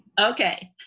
Okay